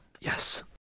Yes